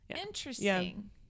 Interesting